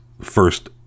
first